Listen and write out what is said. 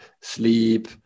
sleep